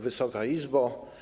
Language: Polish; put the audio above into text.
Wysoka Izbo!